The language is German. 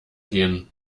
gehen